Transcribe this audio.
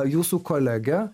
jūsų kolegę